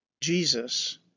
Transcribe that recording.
Jesus